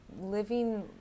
living